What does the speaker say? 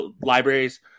libraries